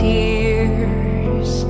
tears